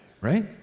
right